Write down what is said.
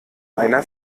einer